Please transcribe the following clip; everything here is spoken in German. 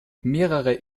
mehrere